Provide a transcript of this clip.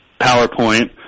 PowerPoint